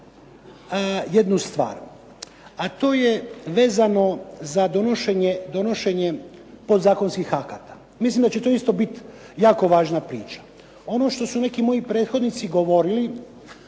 jednu stvar a to je vezano za donošenje podzakonskih akata. Mislim da će to isto biti jako važna priča. Ono što su neki moji prethodnici govorili